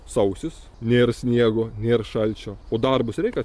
sausis nėr sniego nėr šalčio o darbus reikia